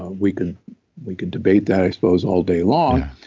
ah we could we could debate that, i suppose, all day long,